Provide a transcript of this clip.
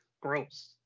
Gross